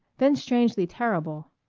then strangely terrible.